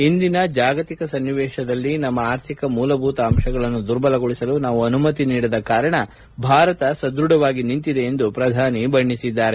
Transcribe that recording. ಇಂದಿನ ಜಾಗತಿಕ ಸನ್ನಿವೇಶದಲ್ಲಿ ನಮ್ನ ಆರ್ಥಿಕ ಮೂಲಭೂತ ಅಂಶಗಳನ್ನು ದುರ್ಬಲಗೊಳಿಸಲು ನಾವು ಅನುಮತಿ ನೀಡದ ಕಾರಣ ಭಾರತ ಸದೃಢವಾಗಿ ನಿಂತಿದೆ ಎಂದು ಪ್ರಧಾನಿ ಪ್ರತಿಪಾದಿಸಿದ್ದಾರೆ